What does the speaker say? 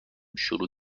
شروع